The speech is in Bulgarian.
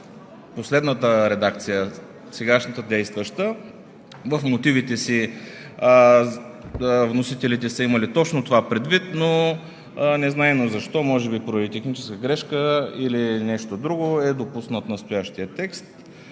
последната сега действаща редакция. В мотивите си вносителите са имали точно това предвид, но незнайно защо, може би поради техническа грешка или нещо друго, е допуснат настоящият текст.